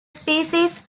species